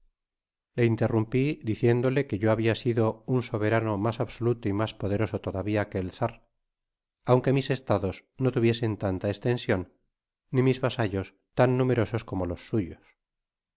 le interrumpí diciéndole que yo habia sido un soberano mas absoluto y mas poderoso todavía que el czar aunque mis estados no tuviesen tanta estension ni mis vasallos tan numerosos como los suyos